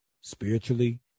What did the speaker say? spiritually